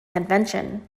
convention